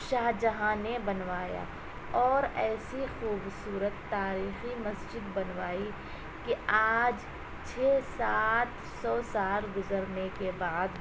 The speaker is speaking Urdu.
شاہ جہاں نے بنوایا اور ایسی خوبصورت تاریخی مسجد بنوائی کہ آج چھ سات سو سال گزرنے کے بعد